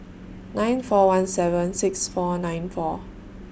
nine four one seven six four nine four